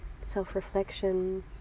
self-reflection